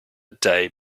day